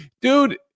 Dude